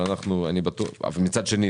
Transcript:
אבל מצד שני,